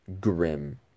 grim